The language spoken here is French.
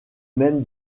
même